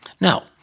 Now